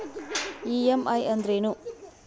EMI ಅಂದ್ರೇನು?